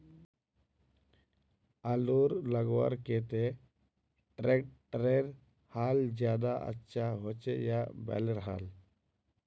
आलूर लगवार केते ट्रैक्टरेर हाल ज्यादा अच्छा होचे या बैलेर हाल?